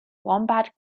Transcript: wombat